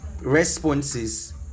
responses